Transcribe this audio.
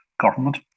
government